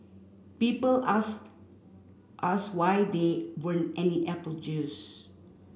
people asked us why there weren't any apple juice